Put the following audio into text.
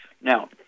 Now